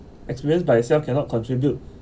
experience by itself cannot contribute